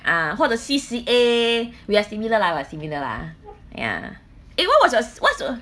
ah 或者 C_C_A we are similar lah we are similar lah ya eh what was your c~ what's your